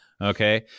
Okay